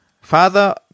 father